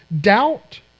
Doubt